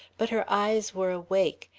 but her eyes were awake,